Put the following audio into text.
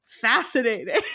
fascinating